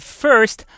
first